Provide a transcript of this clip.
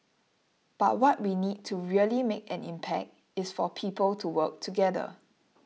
but what we need to really make an impact is for people to work together